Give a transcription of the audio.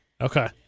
Okay